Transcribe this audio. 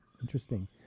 Interesting